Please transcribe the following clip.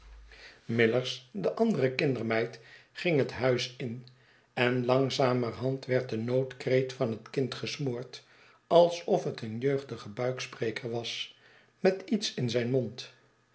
millers de andere kindermeid ging het huis in en langzamerhand werd de noodkreet van het kind gesmoord alsof het een jeugdige buikspreker was met iets in zijn mond